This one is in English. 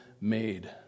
made